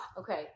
Okay